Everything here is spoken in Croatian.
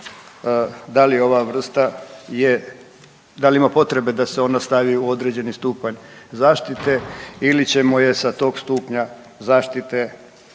da li je ova vrsta je, da li ima potrebe da se ona stavi u određeni stupanj zaštite ili ćemo je sa tog stupnja zaštite